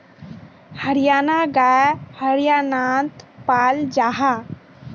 हरयाना गाय हर्यानात पाल जाहा